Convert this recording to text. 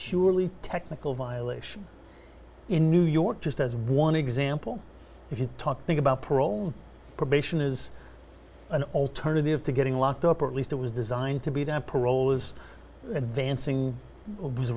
purely technical violation in new york just as one example if you're talking about parole probation is an alternative to getting locked up or at least it was designed to be that parole was advancing